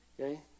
okay